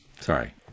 Sorry